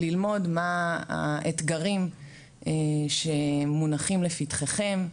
ללמוד מה האתגרים שמונחים לפתחכם,